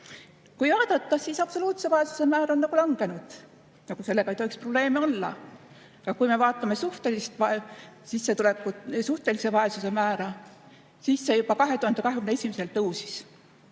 Kui vaadata, siis absoluutse vaesuse määr on langenud. Sellega ei tohiks probleeme olla. Aga kui me vaatame suhtelise vaesuse määra, siis see juba 2021. tõusis